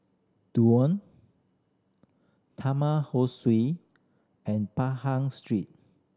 Duo Taman Ho Swee and Pahang Street